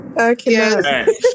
Okay